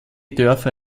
dörfer